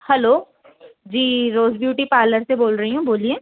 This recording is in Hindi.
हेलो जी रोज़ ब्यूटी पार्लर से बोल रही हूँ बोलिए